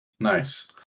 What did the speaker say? Nice